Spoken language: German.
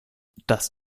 das